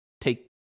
take